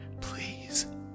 Please